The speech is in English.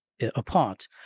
apart